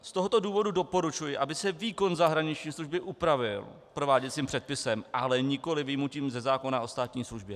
Z tohoto důvodu doporučuji, aby se výkon zahraniční služby upravil prováděcím předpisem, ale nikoli vyjmutím ze zákona o státní službě.